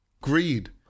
Greed